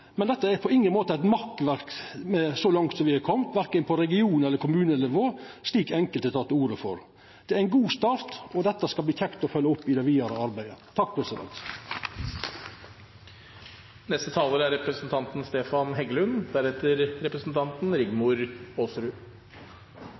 på ingen måte eit makkverk – så langt som vi er komne – verken på region- eller kommunenivå, slik enkelte kallar det. Det er ein god start, og det skal verta godt å følgja det opp i det vidare arbeidet. I dag går regjeringspartiene på et nederlag, og det er